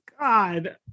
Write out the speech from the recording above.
God